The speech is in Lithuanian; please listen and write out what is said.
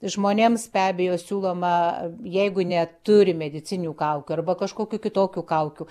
žmonėms be abejo siūloma jeigu neturi medicininių kaukių arba kažkokių kitokių kaukių